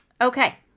Okay